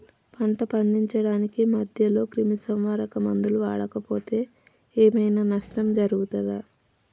పంట పండించడానికి మధ్యలో క్రిమిసంహరక మందులు వాడకపోతే ఏం ఐనా నష్టం జరుగుతదా?